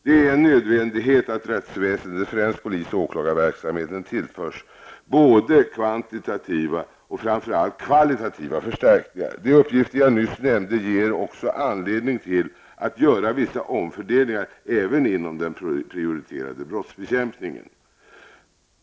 Det är nödvändigt att rättsväsendet, främst polisoch åklagarverksamheten, tillförs både kvantitativa och framför allt kvalitativa förstärkningar. De uppgifter jag nyss nämnde ger också anledning till att göra vissa omfördelningar inom den prioriterade brottsbekämpningen.